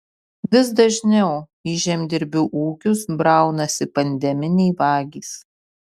vis dažniau į žemdirbių ūkius braunasi pandeminiai vagys